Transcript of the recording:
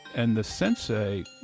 and the sensei,